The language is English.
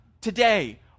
today